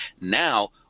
Now